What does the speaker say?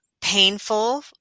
painful